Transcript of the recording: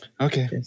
okay